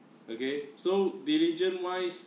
okay so diligent wise